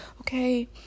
okay